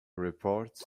reports